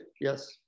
Yes